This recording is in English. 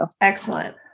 Excellent